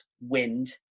wind